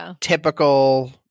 typical